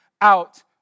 out